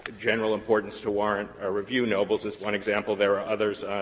general importance to warrant a review. nobles is one example. there are others